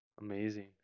amazing